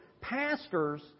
pastors